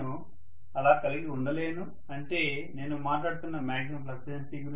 నేను అలా కలిగి ఉండలేను అంటే నేను మాట్లాడుతున్న మాక్సిమం ఫ్లక్స్ డెన్సిటీ